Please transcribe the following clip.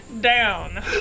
down